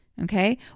Okay